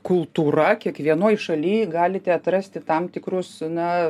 kultūra kiekvienoj šalyje galite atrasti tam tikrus na